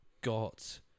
got